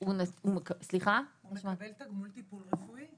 הוא מקבל תגמול טיפול רפואי.